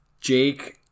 Jake